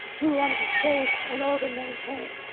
we want to be safe and order maintained,